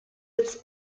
its